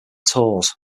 tours